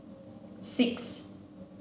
six